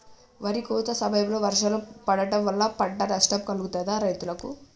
వరి కోత సమయంలో వర్షాలు పడటం వల్ల పంట నష్టం కలుగుతదా రైతులకు?